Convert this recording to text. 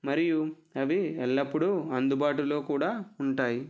మరియు అవి ఎల్లప్పుడూ అందుబాటులో కూడా ఉంటాయి